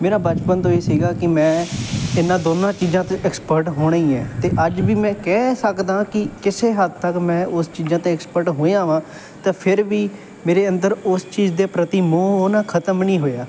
ਮੇਰਾ ਬਚਪਨ ਤੋਂ ਹੀ ਸੀਗਾ ਕਿ ਮੈਂ ਇਹਨਾਂ ਦੋਨਾਂ ਚੀਜ਼ਾਂ 'ਚ ਐਕਸਪਰਟ ਹੋਣਾ ਹੀ ਹੈ ਅਤੇ ਅੱਜ ਵੀ ਮੈਂ ਕਹਿ ਸਕਦਾ ਕਿ ਕਿਸੇ ਹੱਦ ਤੱਕ ਮੈਂ ਉਸ ਚੀਜ਼ਾਂ 'ਤੇ ਐਕਸਪਰਟ ਹੋਇਆਹਾਂ ਅਤੇ ਫਿਰ ਵੀ ਮੇਰੇ ਅੰਦਰ ਉਸ ਚੀਜ਼ ਦੇ ਪ੍ਰਤੀ ਮੋਹ ਹੁਣ ਖ਼ਤਮ ਨਹੀਂ ਹੋਇਆ